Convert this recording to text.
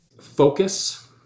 Focus